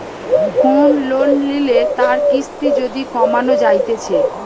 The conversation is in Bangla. কোন লোন লিলে তার কিস্তি যদি কমানো যাইতেছে